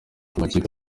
amakipe